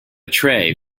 tray